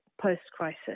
post-crisis